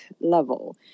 level